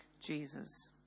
Jesus